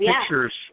pictures